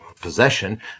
possession